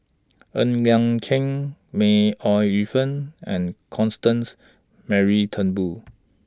Ng Liang Chiang May Ooi Yu Fen and Constance Mary Turnbull